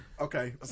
Okay